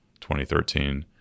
2013